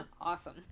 Awesome